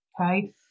okay